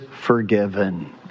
forgiven